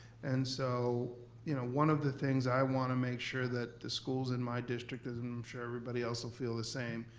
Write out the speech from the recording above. and so one of the things i wanna make sure that the schools in my district, as i'm sure everybody else will feel the same,